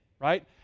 right